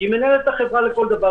קודם כול,